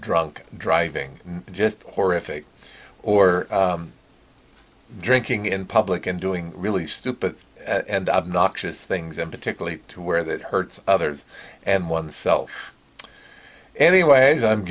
drunk driving just horrific or drinking in public and doing really stupid and obnoxious things and particularly to where that hurts others and oneself anyways i'm